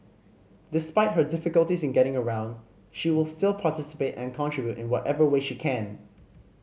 despite her difficulties in getting around she will still participate and contribute in whatever way she can